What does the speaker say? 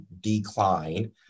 decline